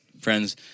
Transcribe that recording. friends